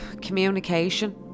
communication